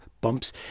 bumps